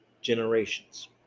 generations